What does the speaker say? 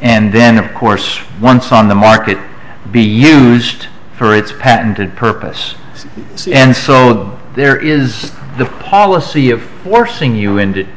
and then of course once on the market to be used for its patented purpose and so there is the policy of forcing you ended